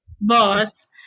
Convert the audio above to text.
boss